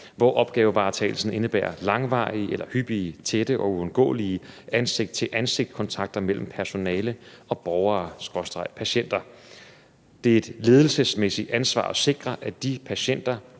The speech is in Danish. hvor opgavevaretagelsen indebærer langvarige eller hyppige tætte og uundgåelige ansigt til ansigt-kontakter mellem personale og borgere/patienter. Det er et ledelsesmæssigt ansvar at sikre, at de ansatte